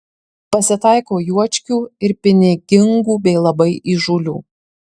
pasitaiko juočkių ir pinigingų bei labai įžūlių